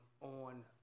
on